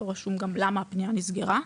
לא רשום גם למה הפנייה נסגרה,